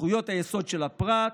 זכויות היסוד של הפרט,